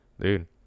Dude